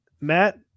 Matt